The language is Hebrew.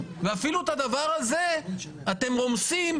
ואפילו את הדבר הזה אתם רומסים.